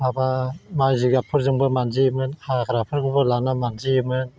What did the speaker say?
माबा माइ जिगाबफोरजोंबो मानजियोमोन हाग्राफोरखौबो लाना मानजियोमोन